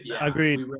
Agreed